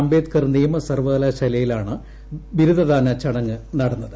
അംബേദ്ക്കർ നിയമ സർവ്വകലാശാലയിലാണ് ബിരുദദാന ചടങ്ങ് നടന്നത്